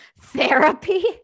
therapy